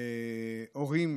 הורים